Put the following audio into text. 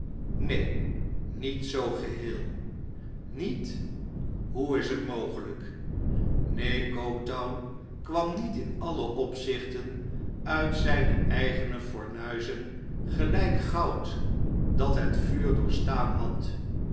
neen niet zoo geheel met hoe is het mogelijk neen coketown kwam niet in alle opzichten uit zijne eigene fornuizen gelijk goud dat het vuur doorgestaan had